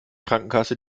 krankenkasse